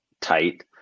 tight